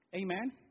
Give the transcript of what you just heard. amen